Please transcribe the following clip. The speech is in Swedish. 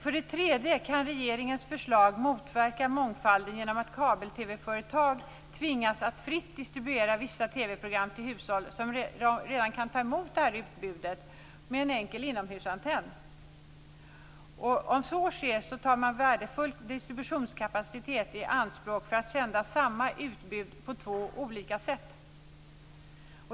För det tredje kan regeringens förslag motverka mångfalden genom att kabel-TV-företag tvingas att fritt distribuera vissa TV-program till hushåll som redan kan ta emot detta utbud med en enkel inomhusantenn. Om så sker tas värdefull distributionskapacitet i anspråk för att sända samma utbud på två olika sätt.